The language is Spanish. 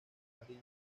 parís